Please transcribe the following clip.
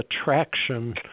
attraction